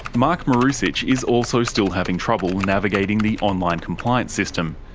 mark marusic is also still having trouble navigating the online compliance system.